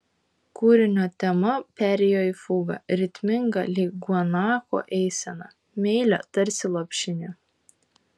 kūrinio tema perėjo į fugą ritmingą lyg guanako eisena meilią tarsi lopšinė